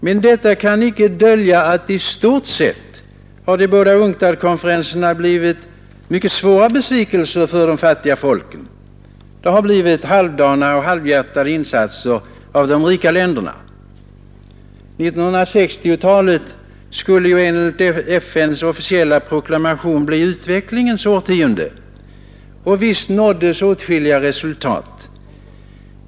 Men detta kan icke dölja att de båda UNCTAD-konferenserna i stort sett har blivit stora besvikelser för de fattiga folken. Det har blivit halvdana och halvhjärtade insatser av de rika länderna. 1960-talet skulle enligt FN:s officiella proklamation bli utvecklingens årtionde. Och visst nåddes åtskilliga resultat.